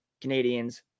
Canadians